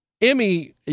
Emmy